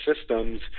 systems